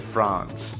France